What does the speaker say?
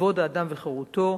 כבוד האדם וחירותו,